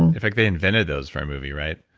in fact, they invented those for a movie. right?